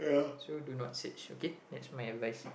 so do not search okay that's my advice